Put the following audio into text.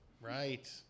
right